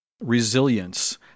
resilience